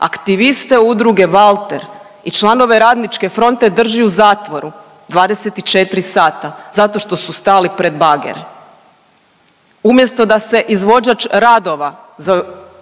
aktiviste udruge Valter i članove Radničke fronte drži u zatvoru 24 sata zato što su stali pred bagere.